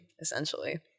essentially